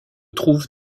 trouve